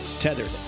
tethered